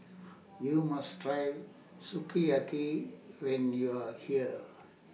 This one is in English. YOU must Try Sukiyaki when YOU Are here